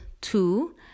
two